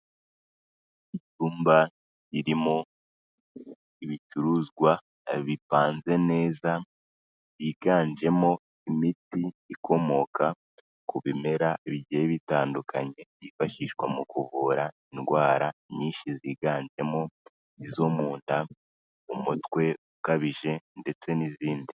Itumba ririmo ibicuruzwa bipanze neza higanjemo imiti ikomoka ku bimera bigiye bitandukanye, yifashishwa mu kuvura indwara nyinshi ziganjemo izo mu nda, umutwe ukabije ndetse n'izindi.